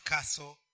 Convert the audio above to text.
Castle